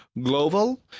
global